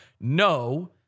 no